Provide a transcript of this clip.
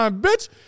bitch